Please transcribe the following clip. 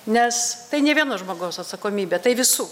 nes tai ne vieno žmogaus atsakomybė tai visų